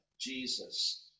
Jesus